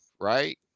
right